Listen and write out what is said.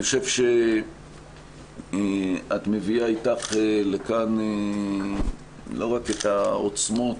אני חושב שאת מביאה איתך לכאן לא רק את העוצמות